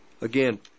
Again